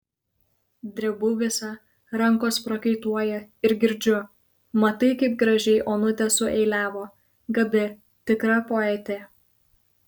drebu visa rankos prakaituoja ir girdžiu matai kaip gražiai onutė sueiliavo gabi tikra poetė